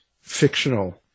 fictional